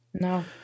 No